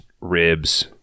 ribs